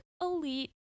elite